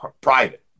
private